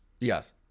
Yes